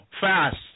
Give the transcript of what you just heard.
fast